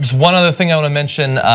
one other thing ah to mention,